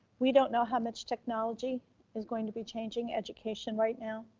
we don't know how much technology is going to be changing education right now.